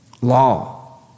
Law